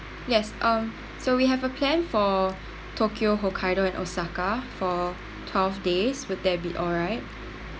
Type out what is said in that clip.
yes um so we have a plan for tokyo hokkaido and osaka for twelve days would that be all right